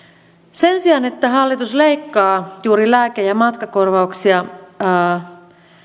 sen sijaan että hallitus leikkaa juuri lääke ja matkakorvauksia